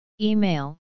Email